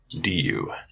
D-U